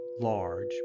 large